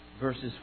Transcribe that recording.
verses